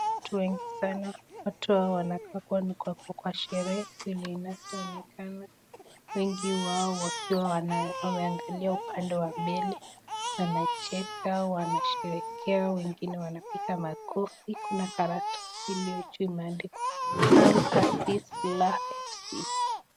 Watu wengi sana, watu hawa wanaonekana wako kwa sherehe, vili inavyoonekana wengi wao wakiwa wameangalia upande wa mbele, wanacheka, wanasherekea wengine wanapiga makofi. Kuna karatasi iliyoandikwa iliyo juu imeandikwa Al-azizi fc.